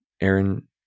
aaron